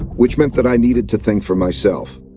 which meant that i needed to think for myself.